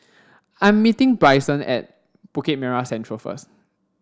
I'm meeting Brycen at Bukit Merah Central first